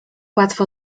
łatwo